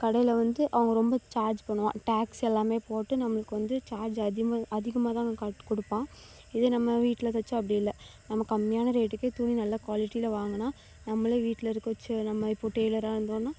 கடையில் வந்து அவங்க ரொம்ப சார்ஜ் பண்ணுவான் டேக்ஸ் எல்லாமே போட்டு நம்மளுக்கு வந்து சார்ஜு அதிகமாக அதிகமாக தான் கா கொடுப்பான் இதே நம்ம வீட்டில் தச்சால் அப்படி இல்லை நம்ம கம்மியான ரேட்டுக்கே துணி நல்ல குவாலிட்டியில் வாங்கினா நம்மளே வீட்டில் இருக்கிற வச்சு நம்ம இப்போது டெய்லராக இருந்தோம்னால்